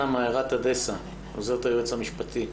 עוזרת היועץ המשפטי.